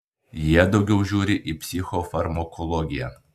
jie daugiau žiūri į psichofarmakologiją